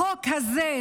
בחוק הזה,